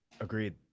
agreed